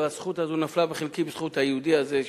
הזכות הזאת נפלה בחלקי בזכות היהודי הזה,